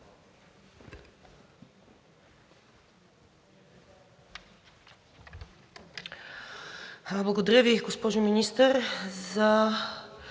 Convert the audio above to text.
Благодаря Ви, госпожо Министър, за